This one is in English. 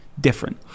different